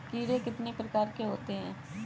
कीड़े कितने प्रकार के होते हैं?